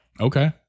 Okay